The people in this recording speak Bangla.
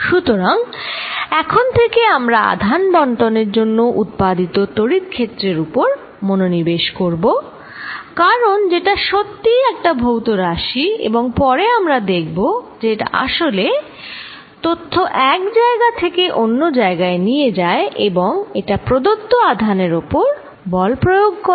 সুতরাং এখন থেকে আমরা আধান বণ্টনের জন্য উৎপাদিত তড়িৎ ক্ষেত্রের উপর মনোনিবেশ করব কারণ যেটা সত্যিই একটা ভৌত রাশি এবং পরে আমরা দেখব যে এটা আসলে তথ্য এক জায়গা থেকে অন্য জায়গায় নিয়ে যায় অথবা এটা প্রদত্ত আধানের ওপর বল প্রয়োগ করে